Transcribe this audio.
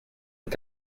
est